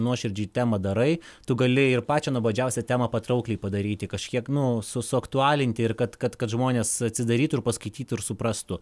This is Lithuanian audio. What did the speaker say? nuoširdžiai temą darai tu gali ir pačią nuobodžiausią temą patraukliai padaryti kažkiek nu suaktualinti ir kad kad kad žmonės atsidarytų ir paskaitytų ir suprastų